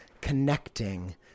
connecting